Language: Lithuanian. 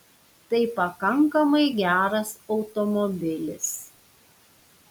tai pakankamai geras automobilis